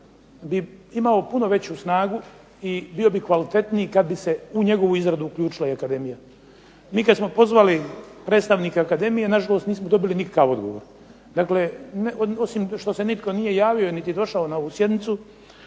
bi imao puno veću snagu i bio bi kvalitetniji kad bi se u njegovu izradu uključila i Akademija. Mi kad smo pozvali predstavnike Akademije na žalost nismo dobili nikakav odgovor. Dakle, osim što se nitko nije javio niti došao na ovu sjednicu,